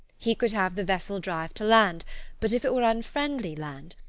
he could have the vessel drive to land but if it were unfriendly land,